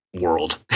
world